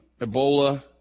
Ebola